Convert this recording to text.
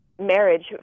marriage